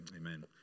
Amen